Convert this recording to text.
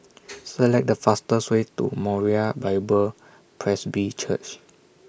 Select The fastest Way to Moriah Bible Presby Church